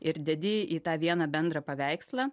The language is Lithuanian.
ir dedi į tą vieną bendrą paveikslą